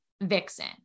Vixen